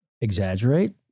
exaggerate